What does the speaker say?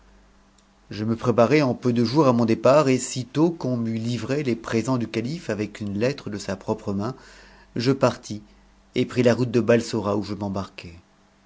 je me préparai en peu de jours à mon départ et sitôt qu'on meut livré les présents du calife avec une lettre de sa propre main je partis et je pris la route de balsora où je m'embarquai